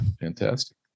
Fantastic